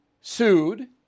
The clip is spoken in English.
sued